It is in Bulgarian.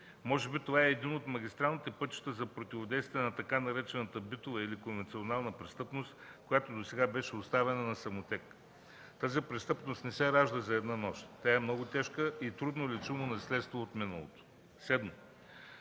Може би това са едни от магистралните пътища за противодействие на така наречената „битова” или „конвенционална престъпност”, която досега беше оставена на самотек. Тази престъпност не се ражда за една нощ. Тя е много тежко и трудно лечимо наследство от миналото. Седмо,